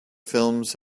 films